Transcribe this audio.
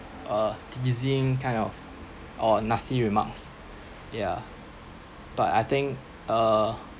uh teasing kind of uh nasty remarks yea but I think uh